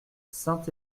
saint